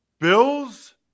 Bills